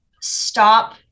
stop